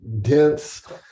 dense